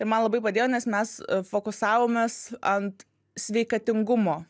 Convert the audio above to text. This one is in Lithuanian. ir man labai padėjo nes mes fokusavomės ant sveikatingumo